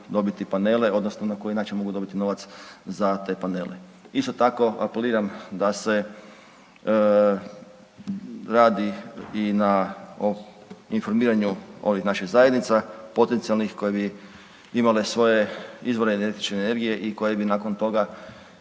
dobiti panele odnosno na koji način mogu dobiti novac za te panele. Isto tako apeliram da se radi i na informiranju ovih naših zajednica potencijalnih koji bi imale svoje izvore električne energije i koje bi nakon toga